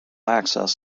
access